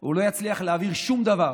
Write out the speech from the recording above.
הוא לא יצליח להעביר שום דבר